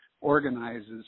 organizes